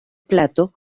plato